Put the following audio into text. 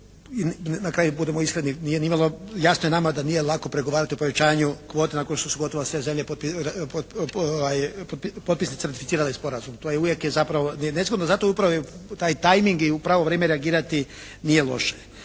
na kraju budimo iskreni nije nimalo, jasno je nama da nije lako pregovarati o povećanju kvote nakon što su gotovo sve zemlje potpisnice ratificirale sporazum. To je, uvijek je zapravo nezgodno. Zato upravo i taj tajming i u pravo vrijeme reagirati nije loše.